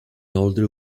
older